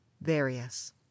Various